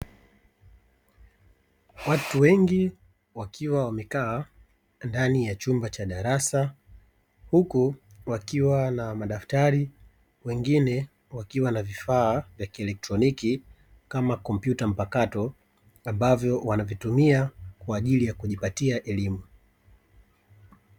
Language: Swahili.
Watu wengi wakiwa wamekaa ndani ya chumba cha darasa, huku wakiwa na madaftari wengine wakiwa na vifaa vya kielektroniki kama kompyuta mpakato ambavyo wanavitumia kwa ajili ya kujipatia elimu.